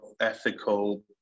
ethical